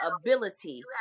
ability